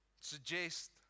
suggest